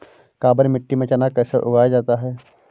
काबर मिट्टी में चना कैसे उगाया जाता है?